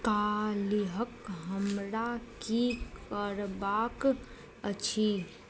काल्हिके हमरा कि करबाक अछि